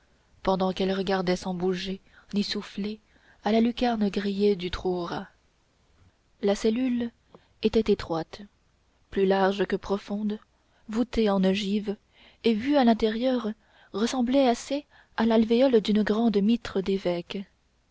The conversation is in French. pendant qu'elles regardaient sans bouger ni souffler à la lucarne grillée du trou aux rats la cellule était étroite plus large que profonde voûtée en ogive et vue à l'intérieur ressemblait assez à l'alvéole d'une grande mitre d'évêque